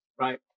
right